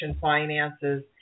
finances